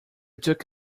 took